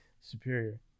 superior